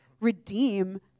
redeem